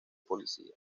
policía